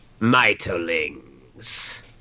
Mitolings